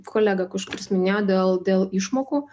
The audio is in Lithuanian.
kolega kažkuris minėjo dėl dėl išmokų